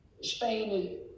Spain